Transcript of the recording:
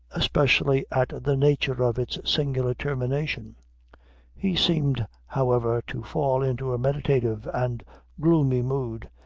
especially at the nature of its singular termination he seemed, however, to fall into a meditative and gloomy mood,